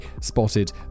spotted